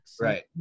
Right